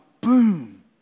boom